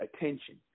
attention